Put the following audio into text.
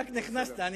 רק נכנסת.